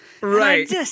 Right